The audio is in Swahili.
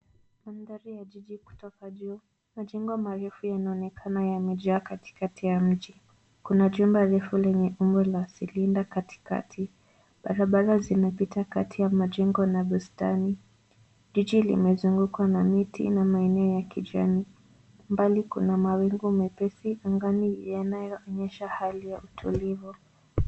Madhari ya jiji kutoka juu, majengo marefu yanaonekana yamejaa katikati ya mji kuna jumba refu lenye umbo la cylinder katikati barabara zinapita kati ya majengo na bustani . Jiji limezungukwa na miti na maeneo ya kijani. Mbali kuna mawingu mepesi angani yanayoonyesha hali ya utulivu.